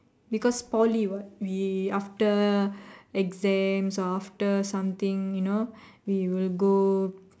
because Poly what we after exams or after something you know we will go